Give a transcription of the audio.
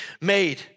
made